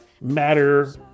matter